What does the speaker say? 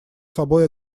собой